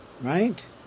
Right